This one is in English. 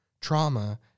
trauma